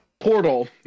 Portal